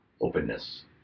openness